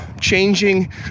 changing